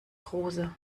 große